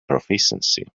proficiency